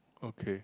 okay